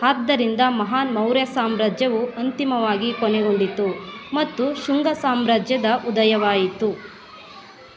ಆದ್ದರಿಂದ ಮಹಾನ್ ಮೌರ್ಯ ಸಾಮ್ರಾಜ್ಯವು ಅಂತಿಮವಾಗಿ ಕೊನೆಗೊಂಡಿತು ಮತ್ತು ಶುಂಗ ಸಾಮ್ರಾಜ್ಯದ ಉದಯವಾಯಿತು